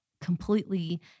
completely